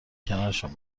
کنارشان